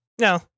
No